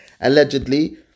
Allegedly